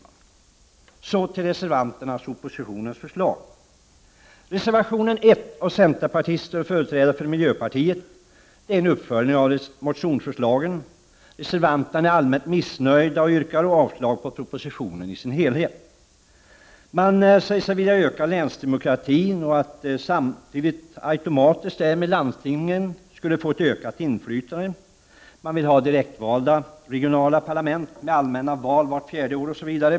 Så går jag in på reservanternas och oppositionens förslag. Reservation nr 1 av centerpartister och företrädare för miljöpartiet är en uppföljning av motionsförslag. Reservanterna är allmänt missnöjda och yrkar avslag på propositionen i dess helhet. De säger sig vilja öka länsdemokratin och att landstingen därmed automatiskt skulle få ett ökat inflytande. De vill ha direktvalda regionala parlament, med allmänna val vart fjärde år.